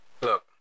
Look